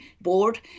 board